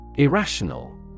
Irrational